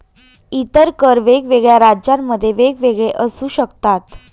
इतर कर वेगवेगळ्या राज्यांमध्ये वेगवेगळे असू शकतात